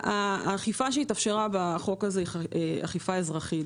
האכיפה שהתאפשרה בחוק הזה היא אכיפה אזרחית.